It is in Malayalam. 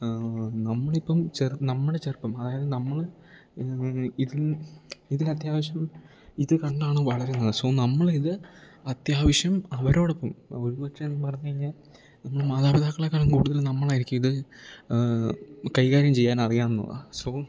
നമ്മൾ ഇപ്പം നമ്മുടെ ചെറുപ്പം അതായത് നമ്മൾ ഇതിൽ ഇതിൽ അത്യാവശ്യം ഇത് കണ്ടാണ് വളരുന്നത് സോ നമ്മൾ ഇത് അത്യാവശ്യം അവരോടൊപ്പം ഒരുപക്ഷെ പറഞ്ഞു കഴിഞ്ഞാൽ നമ്മൾ മാതാപിതാക്കളെക്കാളും കൂടുതൽ നമ്മൾ ആയിരിക്കും ഇത് കൈകാര്യം ചെയ്യാൻ അറിയാവുന്നത് സോ